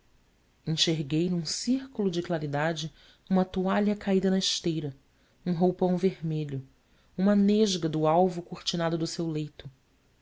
enxerguei num círculo de claridade uma toalha caída na esteira um roupão vermelho uma nesga do alvo cortinado do seu leito